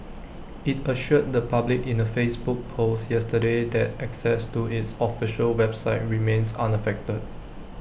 IT assured the public in A Facebook post yesterday that access to its official website remains unaffected